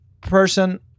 person